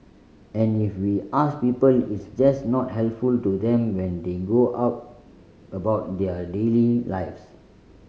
and if we ask people it's just not helpful to them when they go out about their daily lives